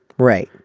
right.